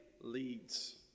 leads